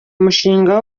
umushinga